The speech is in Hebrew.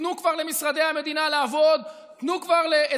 תנו כבר למשרדי המדינה לעבוד.